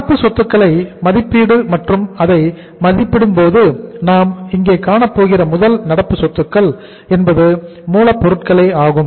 நடப்பு சொத்துகளை மதிப்பீடு மற்றும் அதை மதிப்பிடும் போது நாம் இங்கே காணப் போகிற முதல் நடப்பு சொத்துக்கள் என்பது மூலப் பொருட்களே ஆகும்